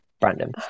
Brandon